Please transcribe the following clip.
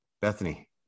Bethany